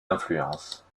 influences